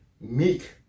meek